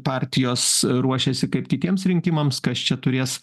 partijos ruošėsi kaip kitiems rinkimams kas čia turės